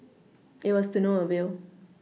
it was to no avail